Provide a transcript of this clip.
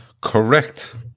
Correct